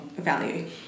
value